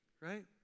Right